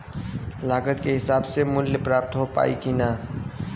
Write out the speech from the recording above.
लागत के हिसाब से मूल्य प्राप्त हो पायी की ना?